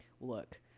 look